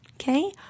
Okay